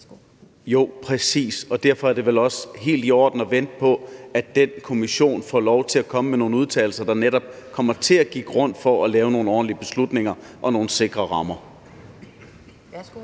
Jo, præcis, og derfor er det vel også helt i orden at vente på, at den kommission får lov til at komme med nogle udtalelser, der netop kommer til at give grundlag for at lave nogle ordentlige beslutninger og nogle sikre rammer. Kl.